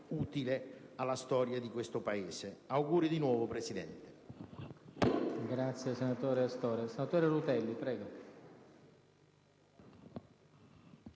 utili alla storia del proprio Paese. Auguri di nuovo, presidente